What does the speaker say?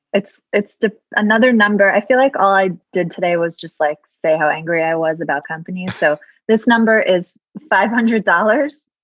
it's it's another number. i feel like i did today was just like say how angry i was about company. so this number is five hundred dollars.